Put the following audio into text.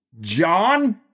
John